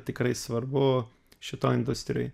tikrai svarbu šitoj industrijoj